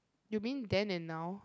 you mean then and now